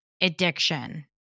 addiction